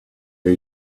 who